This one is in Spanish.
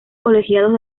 colegiados